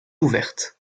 ouverte